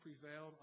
prevailed